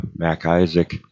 MacIsaac